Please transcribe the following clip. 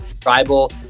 Tribal